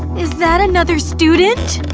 is that another student?